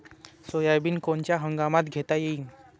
Soybean कोनच्या हंगामात घेता येईन?